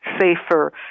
safer